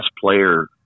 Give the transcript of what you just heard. player